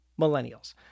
millennials